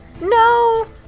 No